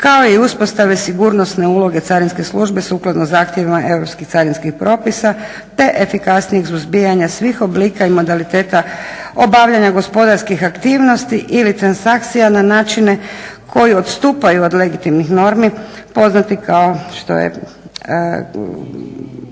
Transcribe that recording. kao i uspostave sigurnosne uloge carinske službe sukladno zahtjevima europskih carinskih propisa te efikasnijeg suzbijanja svih oblika i modaliteta obavljanja gospodarskih aktivnosti ili transakcije na načine koji odstupaju od legitimnih normi poznatih kao što je